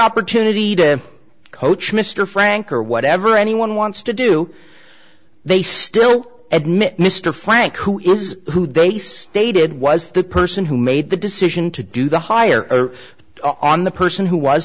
opportunity to coach mr frank or whatever anyone wants to do they still admit mr frank who is who they stated was the person who made the decision to do the higher on the person who was